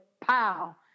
pow